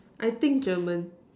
I think German